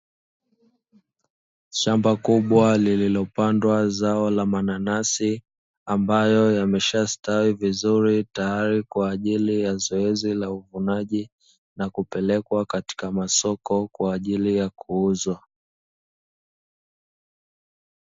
Shamba kubwa lililopandwa zao la mananasi, ambayo yameshastawi vizuri tayari kwa ajili ya zoezi la uvunaji, na kupelekwa katika masoko kwa ajili ya kuuzwa.